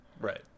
Right